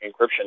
encryption